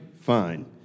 fine